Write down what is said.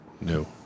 no